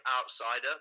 outsider